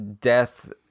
Death